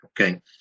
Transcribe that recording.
okay